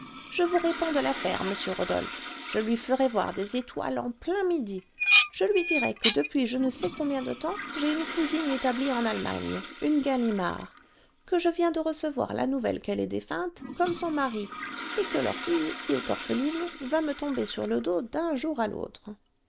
je vous réponds de l'affaire monsieur rodolphe je lui ferai voir des étoiles en plein midi je lui dirai que depuis je ne sais combien de temps j'ai une cousine établie en allemagne une galimard que je viens de recevoir la nouvelle qu'elle est défunte comme son mari et que leur fille qui est orpheline va me tomber sur le dos d'un jour à l'autre